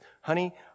Honey